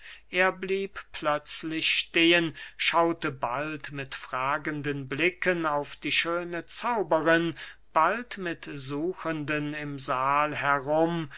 er blieb plötzlich stehen schaute bald mit fragenden blicken auf die schöne zauberin bald mit suchenden im sahl herum